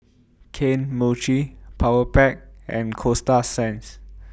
Kane Mochi Powerpac and Coasta Sands